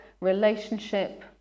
relationship